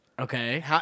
Okay